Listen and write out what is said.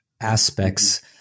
aspects